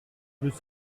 nous